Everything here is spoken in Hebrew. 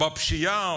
על הפשיעה,